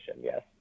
Yes